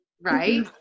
Right